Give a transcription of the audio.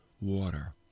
water